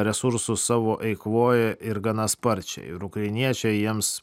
resursus savo eikvoja ir gana sparčiai ir ukrainiečiai jiems